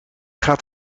gaat